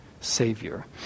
Savior